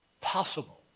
possible